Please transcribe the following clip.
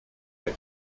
from